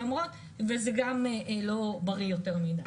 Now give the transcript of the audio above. זה גם לא בריא יותר מידי.